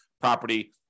property